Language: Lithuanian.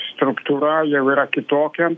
struktūra jau yra kitokia